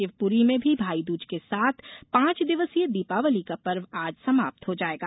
शिवपुरी में भी भाईदूज के साथ पांच दिवसीय दीपावली का पर्व आज समाप्त हो जायेगा